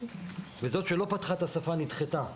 וזו שלא פתחה את השפה נדחתה.